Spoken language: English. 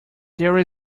there